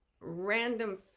random